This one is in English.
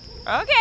Okay